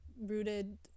rooted